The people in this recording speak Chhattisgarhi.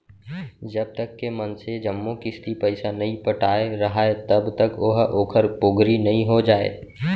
जब तक के मनसे जम्मो किस्ती पइसा नइ पटाय राहय तब तक ओहा ओखर पोगरी नइ हो जाय